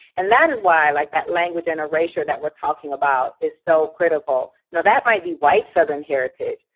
and that is why, like, that language and erasure that we're talking about, is so critical. now, that might be white southern heritage,